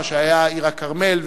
מה שהיה עיר-הכרמל,